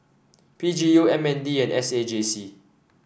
P G U M N D and S A J C